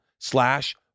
slash